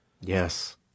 Yes